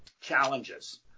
challenges